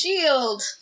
shield